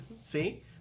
See